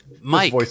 Mike